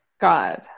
God